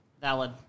Valid